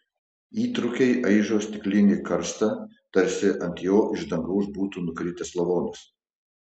įtrūkiai aižo stiklinį karstą tarsi ant jo iš dangaus būtų nukritęs lavonas